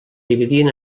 dividien